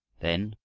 then,